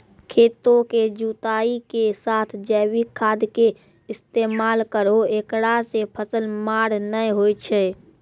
खेतों के जुताई के साथ जैविक खाद के इस्तेमाल करहो ऐकरा से फसल मार नैय होय छै?